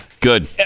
Good